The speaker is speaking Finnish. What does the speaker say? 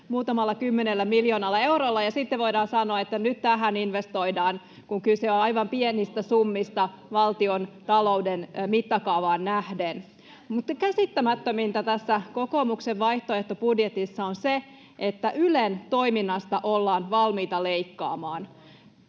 muutamalla kymmenellä miljoonalla eurolla, ja sitten voidaan sanoa, että nyt tähän investoidaan, kun kyse on aivan pienistä summista valtiontalouden mittakaavaan nähden. Mutta käsittämättömintä tässä kokoomuksen vaihtoehtobudjetissa on se, että Ylen toiminnasta ollaan valmiita leikkaamaan.